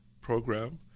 program